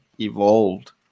evolved